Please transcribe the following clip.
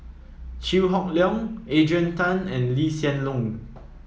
Chew Hock Leong Adrian Tan and Lee Hsien Loong